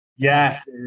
Yes